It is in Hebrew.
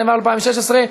התשע"ו 2016,